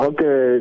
Okay